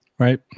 Right